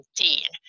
19